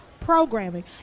programming